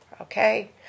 okay